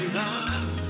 love